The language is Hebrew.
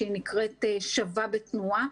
שנקראת "שווה בתנועה",